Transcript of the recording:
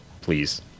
please